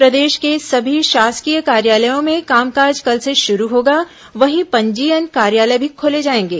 प्रदेश के सभी शासकीय कार्यालयों में कामकाज कल से शुरू होगा वहीं पंजीयन कार्यालय भी खोले जाएंगे